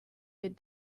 had